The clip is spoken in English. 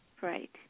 Right